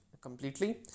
completely